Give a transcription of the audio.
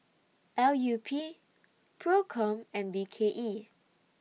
L U P PROCOM and B K E